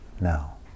now